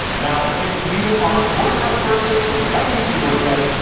now, if you are a wordpress person or you like using wordpress,